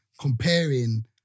comparing